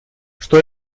что